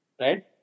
Right